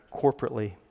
corporately